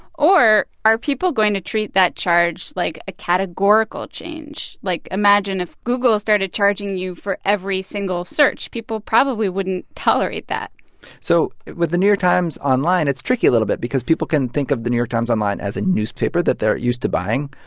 or are people going to treat that charge like a categorical change? like, imagine if google started charging you for every single search? people probably wouldn't tolerate that so with the new york times online, it's tricky a little bit because people can think of the new york times online as a newspaper that they're used to buying,